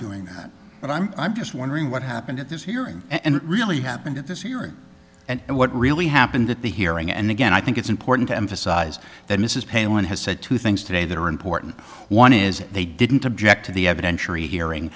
doing that but i'm i'm just wondering what happened at this hearing and it really happened at this hearing and what really happened at the hearing and again i think it's important to emphasize that mrs penguin has said two things today that are important one is they didn't object to the evidentiary hearing